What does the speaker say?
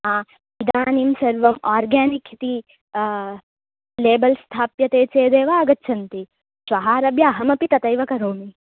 हा इदानीं सर्वम् आर्गानिक् इति लेबल् स्थाप्यते चेदेव आगच्छन्ति श्वःआरभ्य अहमपि तथैव करोमि